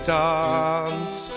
dance